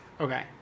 okay